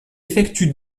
effectue